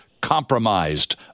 compromised